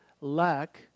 lack